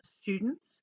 students